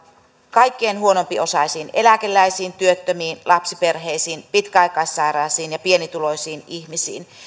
kaikkein huonompiosaisiin eläkeläisiin työttömiin lapsiperheisiin pitkäaikaissairaisiin ja pienituloisiin ihmisiin